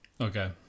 okay